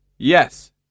Yes